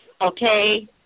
okay